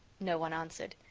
no one answered.